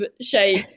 shape